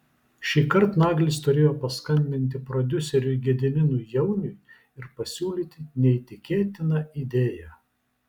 šįkart naglis turėjo paskambinti prodiuseriui gediminui jauniui ir pasiūlyti neįtikėtiną idėją